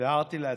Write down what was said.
תיארתי לעצמי.